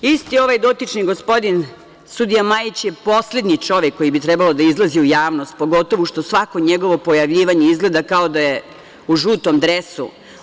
Isti ovaj dotični gospodin sudija Majić je poslednji čovek koji bi trebalo da izlazi u javnost, pogotovo što svako njegovo pojavljivanje izgleda kao da je u žutom dresu.